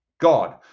God